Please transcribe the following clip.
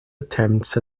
attempts